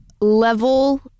level